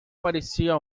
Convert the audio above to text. parecia